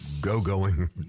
go-going